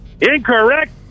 Incorrect